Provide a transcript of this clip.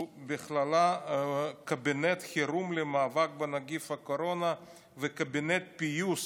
ובכללה קבינט חירום למאבק בנגיף הקורונה וקבינט פיוס